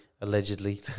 allegedly